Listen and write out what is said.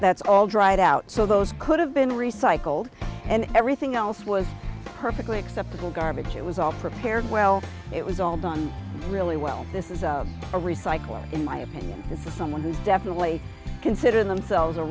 that's all dried out so those could have been recycled and everything else was perfectly acceptable garbage it was all prepared well it was all done really well this is a recycling in my opinion this is someone who's definitely consider themselves a